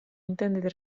intende